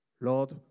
Lord